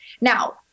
Now